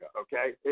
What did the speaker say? okay